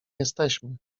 jesteśmy